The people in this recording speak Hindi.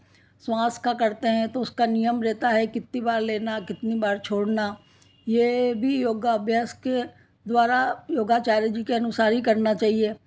श्वांस का करते हैं तो उसका नियम रहता है कितनी बार लेना कितनी बार छोड़न यह भी योगाभ्यास के द्वारा योगाचार्य जी के अनुसार ही करना चाहिए